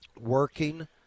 working